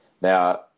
Now